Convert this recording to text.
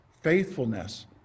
faithfulness